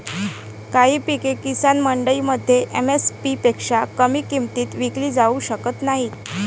काही पिके किसान मंडईमध्ये एम.एस.पी पेक्षा कमी किमतीत विकली जाऊ शकत नाहीत